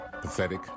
pathetic